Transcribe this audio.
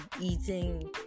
eating